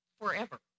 forever